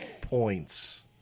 points